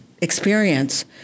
experience